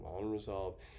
unresolved